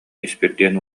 испирдиэн